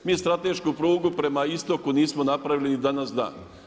Mi stratešku prugu prema istoku nismo napravili ni danas dan.